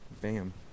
Bam